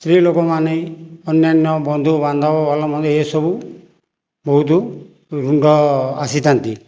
ସ୍ତ୍ରୀ ଲୋକମାନେ ଅନ୍ୟାନ୍ୟ ବନ୍ଧୁ ବାନ୍ଧବ ଭଲ ମନ୍ଦ ଏସବୁ ବହୁତ ରୁଙ୍ଗ ଆସିଥାନ୍ତି